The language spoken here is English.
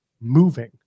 moving